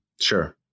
Sure